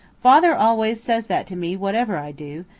father always says that to me whatever i do,